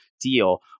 deal